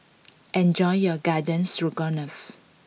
enjoy your Garden Stroganoff